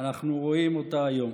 רואים אותה היום.